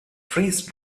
freeze